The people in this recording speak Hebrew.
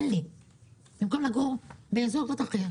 במקום לגור באזור אחר,